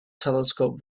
telescope